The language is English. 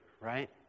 right